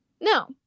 No